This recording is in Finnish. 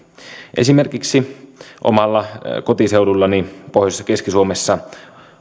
esimerkiksi omalla kotiseudullani pohjoisessa keski suomessa